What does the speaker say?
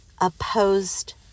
opposed